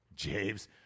James